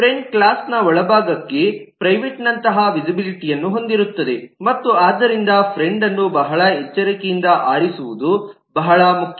friend ಕ್ಲಾಸ್ನ ಒಳಭಾಗಕ್ಕೆ ಪ್ರೈವೇಟ್ನಂತಹ ವಿಸಿಬಿಲಿಟಿಅನ್ನು ಹೊಂದಿರುತ್ತದೆ ಮತ್ತು ಆದ್ದರಿಂದ ಫ್ರೆಂಡ್ಅನ್ನು ಬಹಳ ಎಚ್ಚರಿಕೆಯಿಂದ ಆರಿಸುವುದು ಬಹಳ ಮುಖ್ಯ